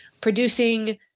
producing